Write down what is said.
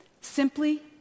simply